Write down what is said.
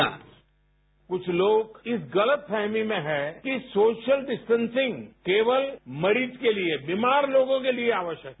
sound bite कुछ लोग इस गलतफहमी में है कि सोशल डिस्टेंसिंग केवल मरीज के लिए बीमार लोगों के लिए आवश्यक है